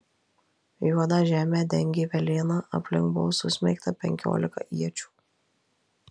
juodą žemę dengė velėna aplink buvo susmeigta penkiolika iečių